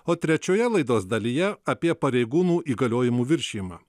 o trečioje laidos dalyje apie pareigūnų įgaliojimų viršijimą